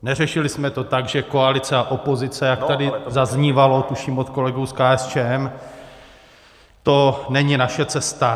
Neřešili jsme to tak, že koalice a opozice, jak tady zaznívalo, tuším, od kolegů z KSČM, to není naše cesta.